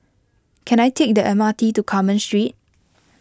can I take the M R T to Carmen Street